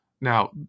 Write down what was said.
Now